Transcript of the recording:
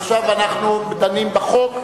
עכשיו אנחנו דנים בחוק,